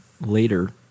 later